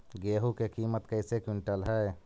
गेहू के किमत कैसे क्विंटल है?